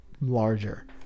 larger